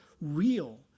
real